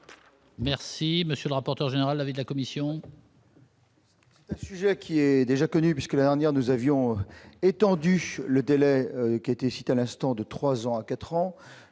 Merci, monsieur le rapporteur général avec la Commission. Un sujet qui est déjà connue puisque la dernière nous avions étendu le délai qui a été cité à l'instant de 3 ans à 4 ans.